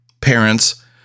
parents